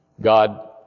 God